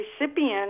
recipient